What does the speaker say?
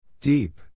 Deep